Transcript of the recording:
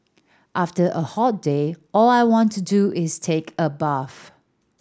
after a hot day all I want to do is take a bath